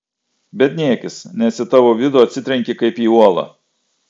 bet niekis nes į tavo vidų atsitrenki kaip į uolą